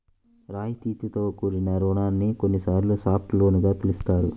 రాయితీతో కూడిన రుణాన్ని కొన్నిసార్లు సాఫ్ట్ లోన్ గా పిలుస్తారు